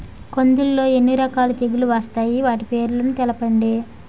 కందులు లో ఎన్ని రకాల తెగులు వస్తాయి? వాటి పేర్లను తెలపండి?